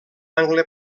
angle